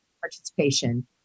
participation